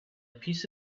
piece